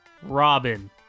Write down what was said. Robin